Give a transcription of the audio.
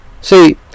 See